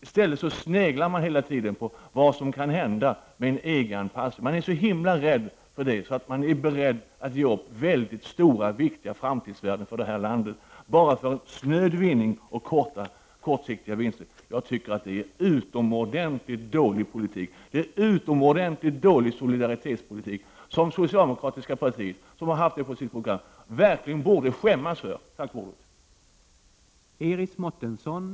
I stället sneglas det hela tiden på vad som kan hända vid en EG-anpassning. Man är så himla rädd att man är beredd att ge upp mycket stora och viktiga framtidsvärden för det här landet, bara för snöd vinning och kortsiktiga vinster. Jag tycker att detta är en utomordentligt dålig politik. Det är en utomordentligt dålig solidaritetspolitik som det socialdemokratiska partiet — med tanke på sitt program — verkligen borde skämmas för. Tack för ordet!